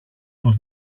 του